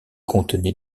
contenait